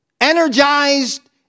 energized